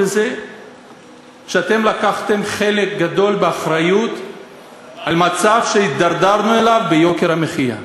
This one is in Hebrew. על זה שאתם לקחתם חלק גדול באחריות על המצב שהידרדרנו אליו ביוקר המחיה.